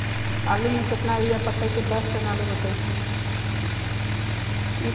आलु म केतना यूरिया परतई की दस टन आलु होतई?